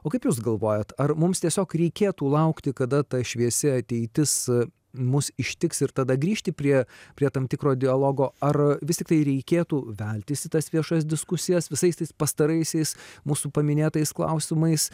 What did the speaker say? o kaip jūs galvojat ar mums tiesiog reikėtų laukti kada ta šviesi ateitis mus ištiks ir tada grįžti prie prie tam tikro dialogo ar vis tiktai reikėtų veltis į tas viešas diskusijas visais tais pastaraisiais mūsų paminėtais klausimais